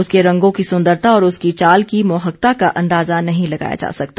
उसके रंगों की सुन्दरता और उसकी चाल की मोहकता का अंदाजा नहीं लगा सकते